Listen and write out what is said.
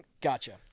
gotcha